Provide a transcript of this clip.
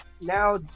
now